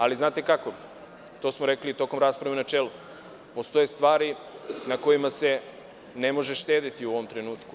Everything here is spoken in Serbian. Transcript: Ali, znate kako, to smo rekli i tokom rasprave u načelu, postoje stvari na kojima se ne može štedeti u ovom trenutku.